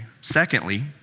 Secondly